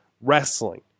Wrestling